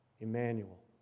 Emmanuel